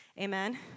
Amen